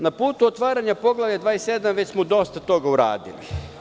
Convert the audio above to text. Na putu otvaranja Poglavlja 27, već smo dosta toga uradili.